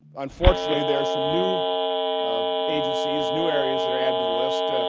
unfortunately, there are some new ah agencies, new areas that are added to the list.